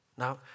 Now